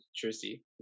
jersey